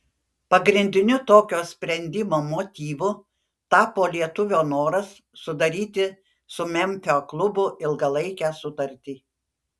pagrindiniu tokio sprendimo motyvu tapo lietuvio noras sudaryti su memfio klubu ilgalaikę sutartį